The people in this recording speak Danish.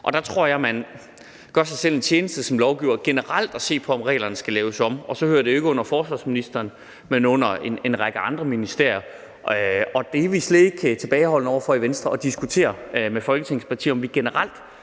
Jeg tror, man gør sig selv en tjeneste som lovgiver ved at se på, om reglerne generelt skal laves om. Så hører det jo ikke under Forsvarsministeriet, men under en række andre ministerier. Det er vi i Venstre slet ikke tilbageholdende over for at diskutere med Folketingets partier, altså om vi generelt